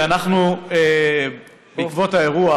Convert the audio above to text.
בעקבות האירוע